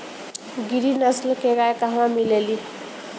गिरी नस्ल के गाय कहवा मिले लि?